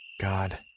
God